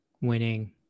winning